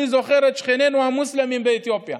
אני זוכר את שכנינו המוסלמים באתיופיה,